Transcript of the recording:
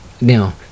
now